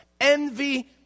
envy